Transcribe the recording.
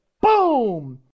Boom